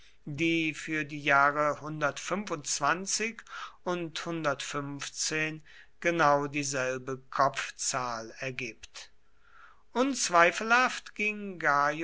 die für die jahre und genau dieselbe kopfzahl ergibt unzweifelhaft ging